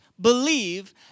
believe